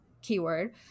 keyword